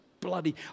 Bloody